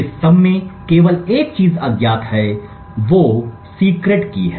इस सब में केवल एक चीज अज्ञात है जो गुप्त कुंजी है